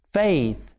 faith